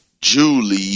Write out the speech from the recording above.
Julie